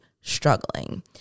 struggling